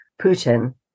Putin